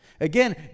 Again